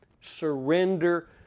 surrender